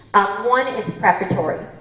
one is preparatory,